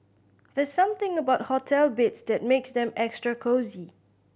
there's something about hotel beds that makes them extra cosy